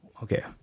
Okay